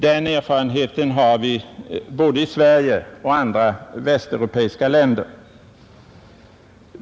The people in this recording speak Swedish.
Den erfarenheten har vi både i Sverige och i andra västeuropeiska länder.